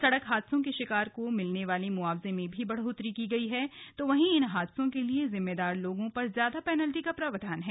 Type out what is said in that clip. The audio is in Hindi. सड़क हादसों के शिकार को मिलने वाले मुआवजे में भी बढ़ोतरी की गई है तो वहीं इन हादसों के लिए जिम्मेदार लोगों पर ज्यादा पैनाल्टी का प्रावधान है